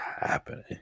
happening